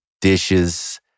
dishes